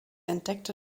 entdeckte